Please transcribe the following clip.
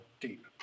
deep